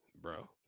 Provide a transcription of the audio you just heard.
Bro